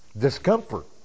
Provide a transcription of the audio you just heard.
Discomfort